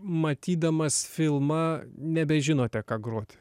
matydamas filmą nebežinote ką groti